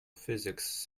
physics